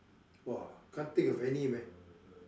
!wah! can't think of any man !wah!